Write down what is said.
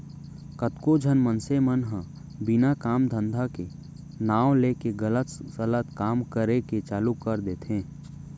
कतको झन मनसे मन ह बिना काम धंधा के नांव लेके गलत सलत काम करे के चालू कर देथे